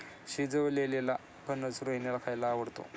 शिजवलेलेला फणस रोहिणीला खायला आवडतो